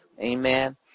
Amen